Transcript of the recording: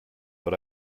but